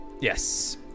Yes